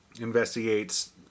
Investigates